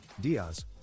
Diaz